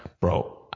Bro